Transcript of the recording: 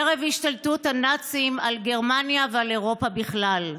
ערב השתלטות הנאצים על גרמניה ועל אירופה בכלל.